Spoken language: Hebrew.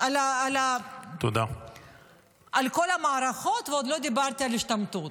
על כל המערכות, ועוד לא דיברתי על השתמטות.